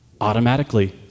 automatically